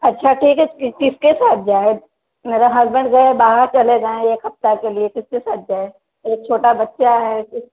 अच्छा ठीक है फिर किसके पास जाएँ मेरा हसबेन्ड गये बाहर चले जाएँ एक हफ़्ता के लिये किसके साथ जाएँ एक छोटा बच्चा है